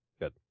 Good